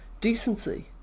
decency